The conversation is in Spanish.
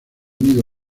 nido